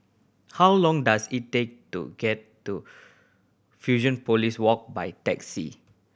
how long does it take to get to Fusionopolis Walk by taxi